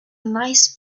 nice